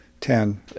ten